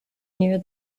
near